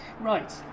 right